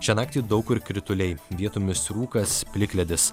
šią naktį daug kur krituliai vietomis rūkas plikledis